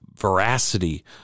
veracity